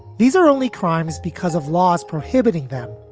these are only crimes because of laws prohibiting them.